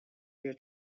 year